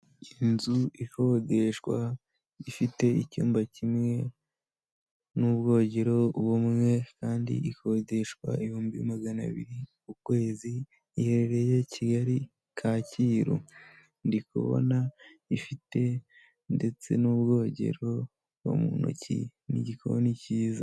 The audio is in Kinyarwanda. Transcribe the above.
Inzu ikodeshwa, ifite icyumba kimwe n'ubwogero bumwe, kandi ikodeshwa ibihumbi magana abiri ukwezi, iherereye Kigali, kacyiru. ndi kubona ifite ndetse n'ubwogero bwo mu ntoki, n'igikoni cyiza.